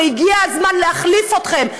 והגיע הזמן להחליף אתכם,